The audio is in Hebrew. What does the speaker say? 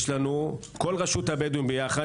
יש לנו 70 עובדים בכל הרשות הבדואית יחד.